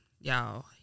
y'all